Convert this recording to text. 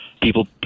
people